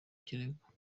ikirego